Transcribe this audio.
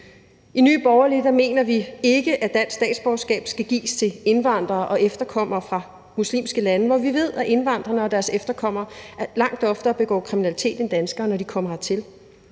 I Nye Borgerlige mener vi ikke, at dansk statsborgerskab skal gives til indvandrere og efterkommere fra muslimske lande, hvor vi ved, at indvandrerne og deres efterkommere langt oftere begår kriminalitet end danskere, når de kommer hertil.